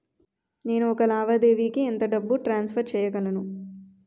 నేను ఒక లావాదేవీకి ఎంత డబ్బు ట్రాన్సఫర్ చేయగలను?